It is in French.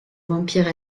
vampire